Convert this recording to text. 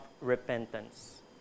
repentance